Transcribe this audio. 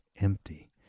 empty